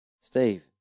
Steve